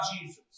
Jesus